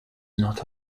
not